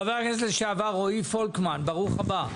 חבר הכנסת לשעבר, רועי פולקמן, ברוך הבא.